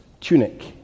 tunic